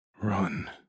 Run